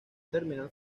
terminal